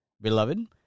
Beloved